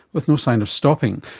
with no sign of stopping,